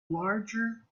larger